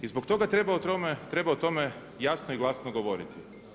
I zbog toga treba o tome jasno i glasno govoriti.